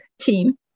team